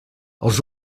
els